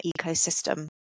ecosystem